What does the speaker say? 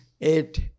eight